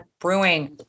Brewing